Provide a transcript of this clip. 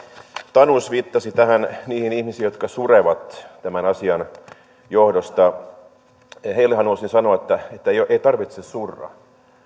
tanus viittasi niihin ihmisiin jotka surevat tämän asian johdosta heille haluaisin sanoa että ei tarvitse surra